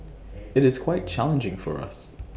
IT is quite challenging for us